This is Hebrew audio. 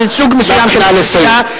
על סוג מסוים של אוכלוסייה,